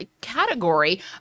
category